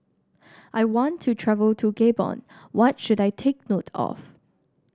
I want to travel to Gabon what should I take note of